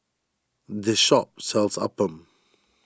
this shop sells Appam